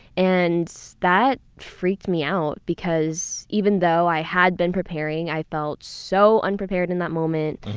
and that freaked me out because even though i had been preparing, i felt so unprepared in that moment.